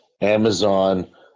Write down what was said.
Amazon